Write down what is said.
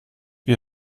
wie